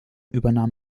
übernahm